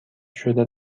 شده